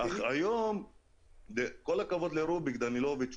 עם כל הכבוד לרוביק דנילוביץ',